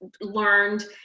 learned